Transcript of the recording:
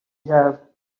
have